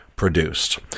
produced